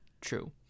true